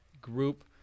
group